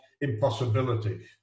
impossibility